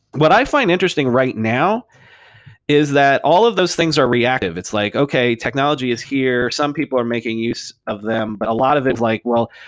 what i find interesting right now is that all of those things are reactive. it's like, okay, technology is here. some people are making use of them, but a lot of it like, well,